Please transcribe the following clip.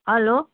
hello